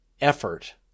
effort